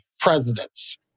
presidents